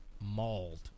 mauled